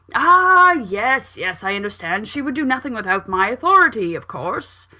ah yes, yes! i understand. she would do nothing without my authority, of course?